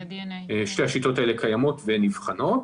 שתי השיטות האלה קיימות והן נבחנות.